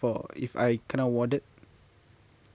for if I kena warded